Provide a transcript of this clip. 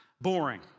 boring